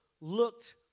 looked